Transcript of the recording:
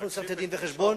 אנחנו נצטרך לתת דין-וחשבון,